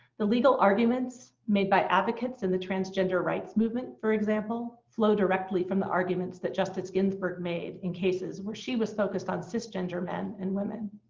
the legal arguments made by advocates in the transgender rights movement, for example, flow directly from the arguments that justice ginsburg made in cases where she was focused on cisgender men and women.